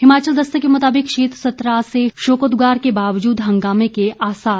हिमाचल दस्तक के मुताबिक शीत सत्र आज से शोकोद्गार के बावजूद हंगामें के आसार